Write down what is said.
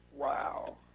Wow